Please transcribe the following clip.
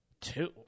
Two